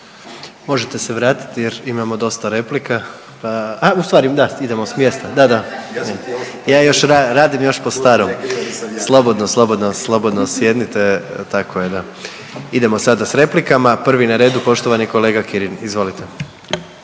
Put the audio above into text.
Možete se vratiti jer imamo dosta replika, a u stvari da, idemo s mjesta, da, da, ja još radim još po starom. Slobodno, slobodno, slobodno sjednite tako je da. Idemo sada s replikama, prvi na redu poštovani kolega Kirin. Izvolite.